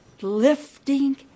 Lifting